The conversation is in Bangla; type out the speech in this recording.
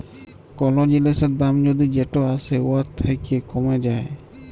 কল জিলিসের দাম যদি যেট আসে উয়ার থ্যাকে কমে যায়